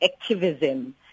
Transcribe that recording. activism